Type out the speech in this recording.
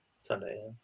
Sunday